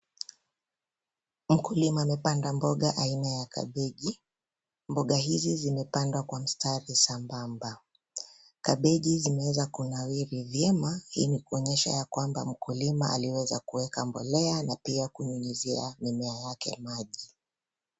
Mkulima amepanda mboga aina ya kabeji. Mboga hizi zimepandwa kwa msitari sambamba ,kabeji zimewezakunawiri vyema hii ni kuonyesha ya kwamba mkulima aliweza kuweka mbolea na kunyunyizia mimea yake maji.